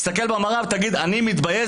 תסתכל במראה ותגיד אני מתבייש,